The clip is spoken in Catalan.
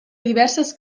diverses